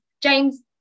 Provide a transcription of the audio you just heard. James